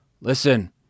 Listen